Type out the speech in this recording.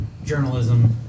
Journalism